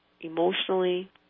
emotionally